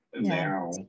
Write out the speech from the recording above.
now